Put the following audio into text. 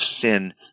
sin